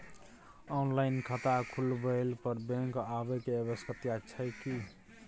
Online खाता खुलवैला पर बैंक आबै के आवश्यकता छै की?